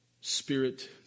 Spirit